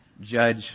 judge